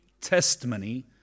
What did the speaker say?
testimony